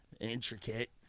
intricate